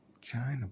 China